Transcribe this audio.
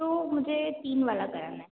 तो मुझे तीन वाला कराना है